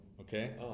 okay